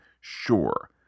sure